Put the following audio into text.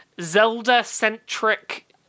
Zelda-centric